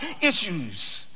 issues